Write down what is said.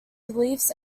beliefs